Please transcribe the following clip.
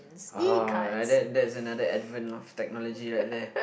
!wow! ya that's that's another advent of technology right there